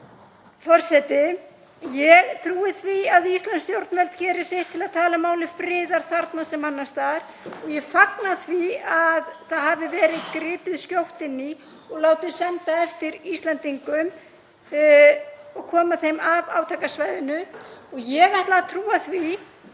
Forseti. Ég trúi því að íslensk stjórnvöld geri sitt til að tala máli friðar þarna sem annars staðar og ég fagna því að það hafi verið gripið skjótt inn í og látið senda eftir Íslendingum og koma þeim af átakasvæðinu. Ég ætla að trúa því